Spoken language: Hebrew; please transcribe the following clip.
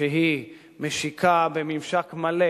שמשיקה בממשק מלא